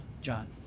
John